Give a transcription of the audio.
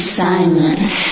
silence